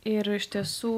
ir iš tiesų